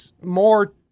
more